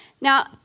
Now